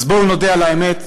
אז בואו נודה על האמת,